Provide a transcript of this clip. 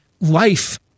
life